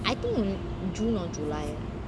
I think in june or july